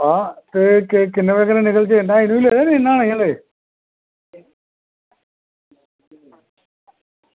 ते किन्ने बजे तोड़ी निकलचै न्हाना जां न्हाई लैआ ई